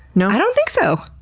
no, i don't think so!